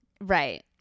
right